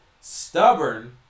stubborn